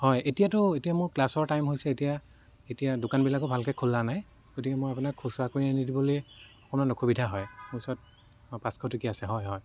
হয় এতিয়াতো এতিয়া মোৰ ক্লাছৰ টাইম হৈছে এতিয়া এতিয়া দোকানবিলাকো ভালকৈ খোলা নাই গতিকে মই আপোনাক খুচুৰা কৰি আনি দিবলৈ অকণমান অসুবিধা হয় মোৰ ওচৰত পাঁচশ টকীয়া আছে হয় হয়